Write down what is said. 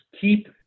keep